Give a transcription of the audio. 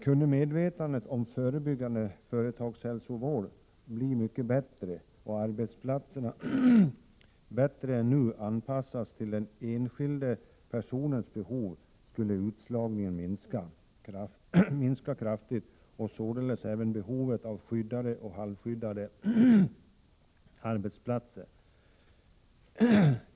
Kunde medvetandet om förebyggande företagshälsovård bli mycket bättre och kunde arbetsplatserna bättre än nu anpassas till den enskilda personens behov, skulle utslagningen minska kraftigt och således även behovet av skyddade och halvskyddade arbetsplatser.